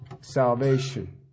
salvation